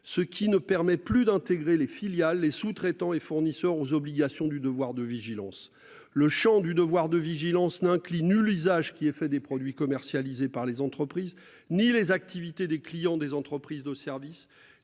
ce qui ne permet plus d'intégrer les filiales et sous-traitants et fournisseurs aux obligations du devoir de vigilance, le chant du devoir de vigilance nunc Linux l'usage qui est fait des produits commercialisés par les entreprises, ni les activités des clients des entreprises de service,